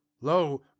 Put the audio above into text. lo